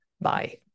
bye